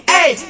Hey